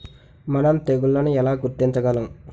మనం తెగుళ్లను ఎలా గుర్తించగలం?